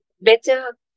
better